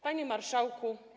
Panie Marszałku!